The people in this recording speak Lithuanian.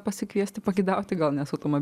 pasikviesti pagidauti gal ne su koma